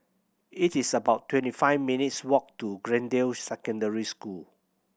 it is about twenty five minutes' walk to Greendale Secondary School